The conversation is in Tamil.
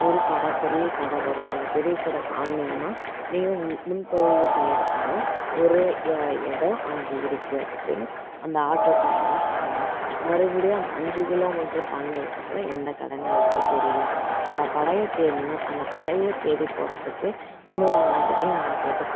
ஒரு கடை பெரிய கடை வரும் அந்த பெரிய கடை தாண்டினிங்கன்னா நீங்கள் முன் முன்பதிவு செய்யிறதுக்கான ஒரு எ இடம் அங்கே இருக்குது அப்படின்னு அந்த ஆட்டோக்காரர் அண்ணா சொல்கிறாங்க மறுபடியும் அந்த அஞ்சு கிலோமீட்ரு தாண்டினதுக்கு அப்புறம் எந்த கடைன்னு அது வந்து தெரியல அந்த கடையை தேடினா அந்த கடையை தேடி போகிறதுக்கு இன்னொரு அண்ணாக்கிட்டேயும் நாங்கள் கேட்டோம்